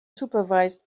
supervised